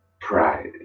pride